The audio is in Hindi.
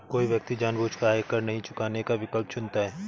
कोई व्यक्ति जानबूझकर आयकर नहीं चुकाने का विकल्प चुनता है